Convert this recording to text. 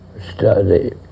study